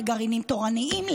לגרעינים תורניים,